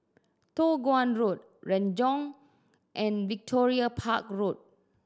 Toh Guan Road Renjong and Victoria Park Road